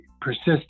Persist